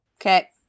Okay